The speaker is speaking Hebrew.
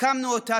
הקמנו אותה,